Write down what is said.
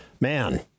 Man